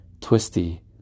Twisty